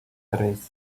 tres